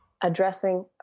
addressing